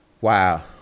wow